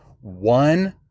one